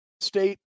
State